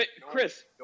Chris